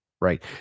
Right